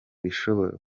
bishobora